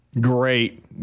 Great